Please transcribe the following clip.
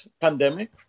pandemic